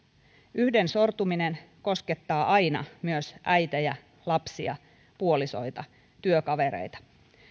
yhden sortuminen koskettaa aina myös äitejä lapsia puolisoita työkavereita